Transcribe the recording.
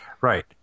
Right